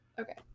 Okay